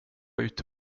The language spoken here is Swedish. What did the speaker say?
ute